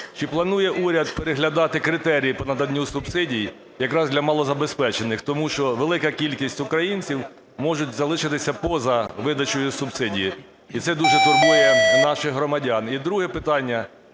Чи планує уряд переглядати критерії по наданню субсидій якраз для малозабезпечених? Тому що велика кількість українців можуть залишитися поза видачею субсидій. І це дуже турбує наших громадян. І друге питання.